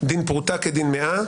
דין פרוטה כדין מאה,